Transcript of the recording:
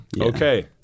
Okay